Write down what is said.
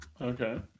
Okay